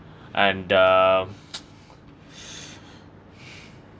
and uh